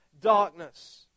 darkness